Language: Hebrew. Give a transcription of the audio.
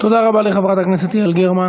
תודה רבה לחברת הכנסת יעל גרמן.